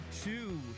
two